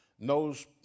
knows